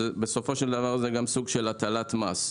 ובסופו של דבר, זה גם סוג של הטלת מס.